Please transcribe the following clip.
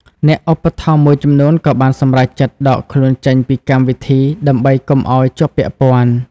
អ្នកឧបត្ថម្ភមួយចំនួនក៏បានសម្រេចចិត្តដកខ្លួនចេញពីកម្មវិធីដើម្បីកុំឲ្យជាប់ពាក់ព័ន្ធ។